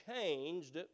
changed